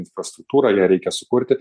infrastruktūrą ją reikia sukurti